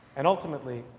and ultimately,